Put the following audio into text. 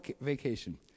vacation